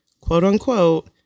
quote-unquote